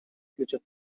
future